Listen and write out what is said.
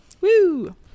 Woo